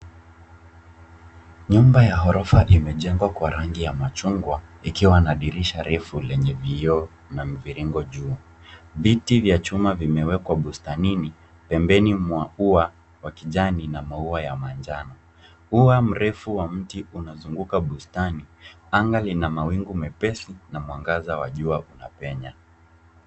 Nyumba ya ghorofa imejengwa kwa rangi ya machungwa ikiwa na dirisha refu lenye vioo na mviringo juu. Viti vya chuma vimewekwa bustanini pembeni mwa ua wa kijani na maua ya majano. Ua mrefu wa mti unazunguka bustani. Anga lina mawingu mepesi na mwangaza wa jua unapenya.